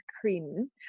Cream